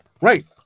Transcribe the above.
Right